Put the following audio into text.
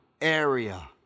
area